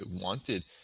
wanted